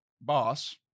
boss